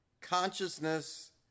Consciousness